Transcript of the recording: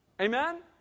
Amen